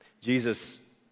Jesus